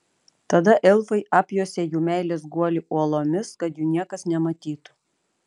tada elfai apjuosė jų meilės guolį uolomis kad jų niekas nematytų